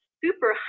super